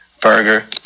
Burger